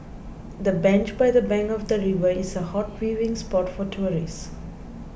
the bench by the bank of the river is a hot viewing spot for tourists